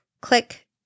Click